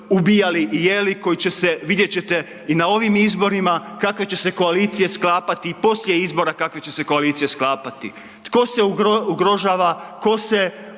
ubijali i jeli, koji će se, vidjet ćete, i na ovim izborima kakve će se koalicije sklapati i poslije izbora kakve će se koalicije sklapati. Tko se ugrožava, tko se